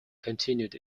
continued